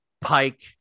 Pike